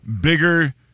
bigger